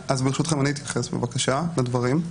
ברשותכם, אני אתייחס בבקשה לדברים.